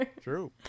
True